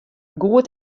goed